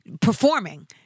performing